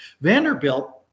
Vanderbilt